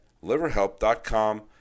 Liverhelp.com